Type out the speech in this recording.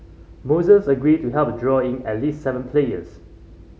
Moises agreed to help draw in at least seven players